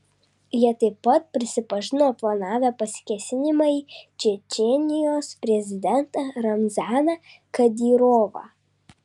jie taip pat prisipažino planavę pasikėsinimą į čečėnijos prezidentą ramzaną kadyrovą